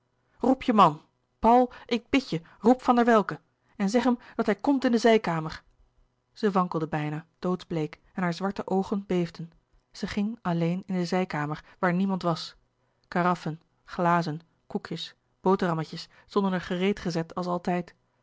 roep je man paul ik bid je roep van der welcke en zeg hem dat hij komt in de zijkamer zij wankelde bijna doodsbleek en hare louis couperus de boeken der kleine zielen zwarte oogen beefden zij ging alleen in de zijkamer waar niemand was karaffen glazen koekjes boterhammetjes stonden er gereed gezet als altijd